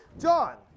John